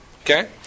Okay